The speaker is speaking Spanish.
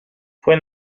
fue